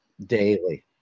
daily